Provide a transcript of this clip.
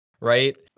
right